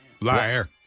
Liar